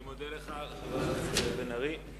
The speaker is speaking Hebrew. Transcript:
אני מודה לך, חבר הכנסת בן-ארי.